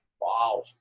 Wow